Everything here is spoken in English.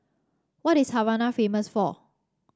what is Havana famous for